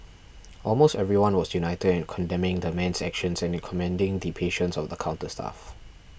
almost everyone was united in condemning the man's actions and in commending the patience of the counter staff